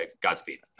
Godspeed